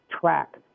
track